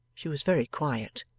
she was very quiet.